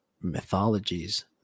mythologies